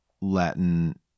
latin